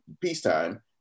peacetime